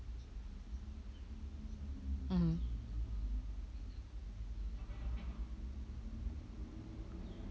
mmhmm